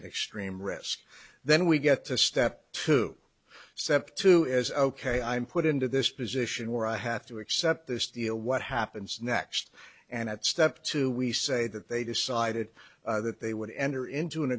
an extreme risk then we get to step two sept two is ok i'm put into this position where i have to accept this deal what happens next and at step two we say that they decided that they would enter into an